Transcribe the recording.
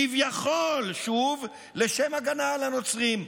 כביכול שוב לשם הגנה על הנוצרים.